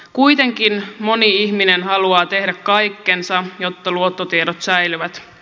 kuitenkin moni ihminen haluaa tehdä kaikkensa jotta luottotiedot säilyvät